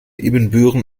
ibbenbüren